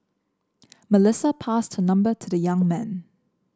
Melissa passed her number to the young man